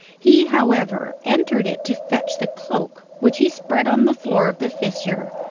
he, however, entered it to fetch the cloak, which he spread on the floor of the fissure,